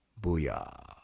Booyah